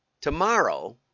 tomorrow